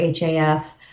HAF